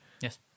yes